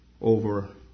over